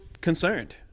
concerned